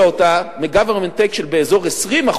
אותה מ- government take של באזור 20%,